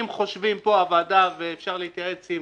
אם חושבים פה הוועדה, ואפשר להתייעץ עם